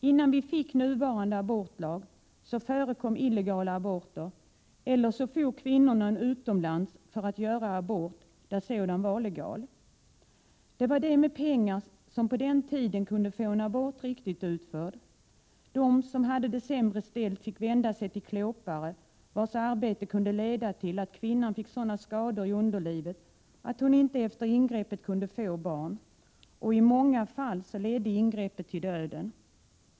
Innan vi fick nuvarande abortlag förekom illegala aborter, eller också for kvinnorna utomlands för att göra abort, där sådan var legal. Det var de som hade pengar som på den tiden kunde få en abort riktigt utförd. De som hade det sämre ställt fick vända sig till klåpare, vars arbete kunde leda till att kvinnan fick sådana skador i underlivet att hon inte efter ingreppet kunde få barn, och i många fail ledde ingreppet till döden.